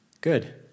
Good